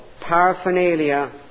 paraphernalia